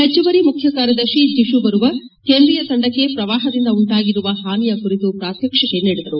ಹೆಚ್ಚುವರಿ ಮುಖ್ಯ ಕಾರ್ಯದರ್ಶಿ ಜಿಶು ಬರುವ ಕೇಂದ್ರೀಯ ತಂಡಕ್ಕೆ ಪ್ರವಾಹದಿಂದ ಉಂಟಾಗಿರುವ ಹಾನಿಯ ಕುರಿತು ಪ್ರಾತ್ವಕ್ಷಿಕೆ ನೀಡಿದರು